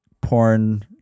porn